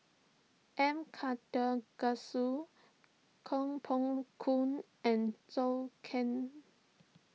M Karthigesu Koh Poh Koon and Zhou Can